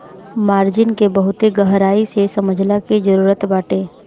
margin के बहुते गहराई से समझला के जरुरत बाटे